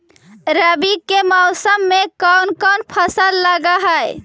रवि के मौसम में कोन कोन फसल लग है?